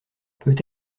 peut